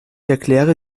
erkläre